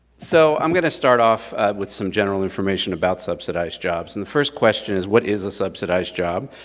so, i'm going to start off with some general information about subsidized jobs, and the first question is, what is a subsidized job?